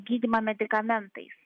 gydymą medikamentais